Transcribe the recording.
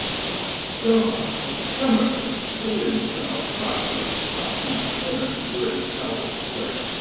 o god, that somerset who in proud heart doth stop my cornets, were in talbots place,